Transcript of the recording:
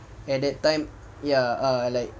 at that time ya like